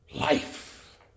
life